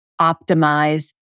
optimize